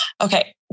okay